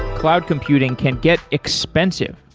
cloud computing can get expensive.